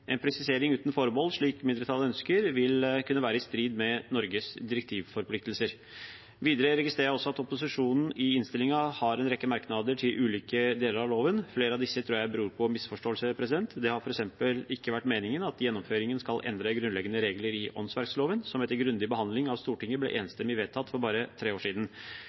En presisering uten forbehold, slik mindretallet ønsker, vil kunne være i strid med Norges direktivforpliktelser. Videre registrerer jeg også at opposisjonen i innstillingen har en rekke merknader til ulike deler av loven. Flere av disse tror jeg beror på misforståelser. Det har f.eks. ikke vært meningen at gjennomføringen skal endre grunnleggende regler i åndsverkloven, som etter grundig behandling i Stortinget ble enstemmig vedtatt for bare tre år siden.